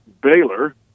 Baylor